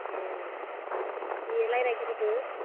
ए दे रायज्लायग्रोदो